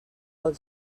vol